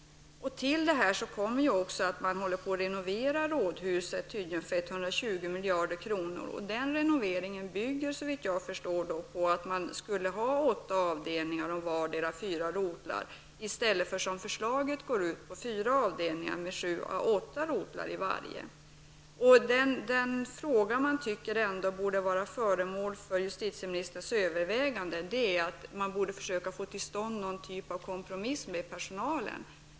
Till detta kommer att man håller på att renovera rådhuset, tydligen för 120 milj.kr. Den renoveringen bygger, såvitt jag förstår, på att man skulle ha åtta avdelningar om vardera fyra rotlar i stället för, enligt statskontorets förslag, fyra avdelningar med sju à åtta rotlar i varje. En fråga som man tycker skulle vara föremål för justitieministerns övervägande är att man borde försöka få till stånd någon form av kompromiss med personalen.